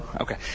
Okay